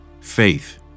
faith